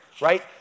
right